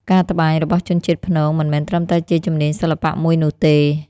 ការត្បាញរបស់ជនជាតិព្នងមិនមែនត្រឹមតែជាជំនាញសិល្បៈមួយនោះទេ។